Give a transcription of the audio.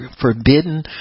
forbidden